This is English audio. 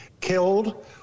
killed